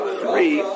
three